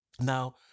Now